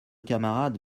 camarade